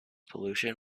pollution